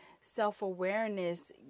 self-awareness